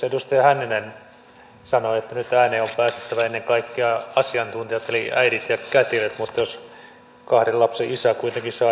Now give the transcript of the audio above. edustaja hänninen sanoi että nyt ääneen on päästettävä ennen kaikkea asiantuntijat eli äidit ja kätilöt mutta jospa kahden lapsen isä kuitenkin saa edes kysyä